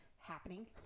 happening